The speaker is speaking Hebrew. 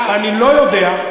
אני לא יודע.